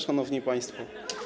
Szanowni Państwo!